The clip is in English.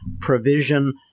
provision